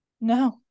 No